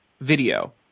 video